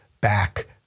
back